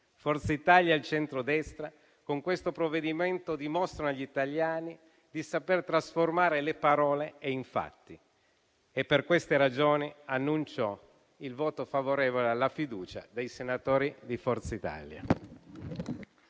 Forza Italia e il centrodestra con questo provvedimento dimostrano gli italiani di saper trasformare le parole in fatti e per queste ragioni annuncio il voto favorevole alla fiducia dei senatori di Forza Italia.